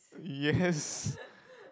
yes